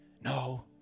No